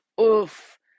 oof